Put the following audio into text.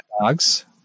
dogs